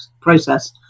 process